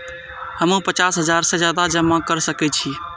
हमू पचास हजार से ज्यादा जमा कर सके छी?